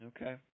Okay